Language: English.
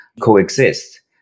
coexist